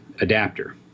adapter